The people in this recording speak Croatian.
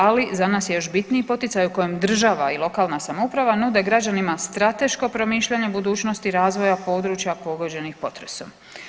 Ali za nas je još bitniji poticaj u kojem država i lokalna samouprava nude građanima strateško promišljanje budućnosti razvoja područja pogođenih potresom.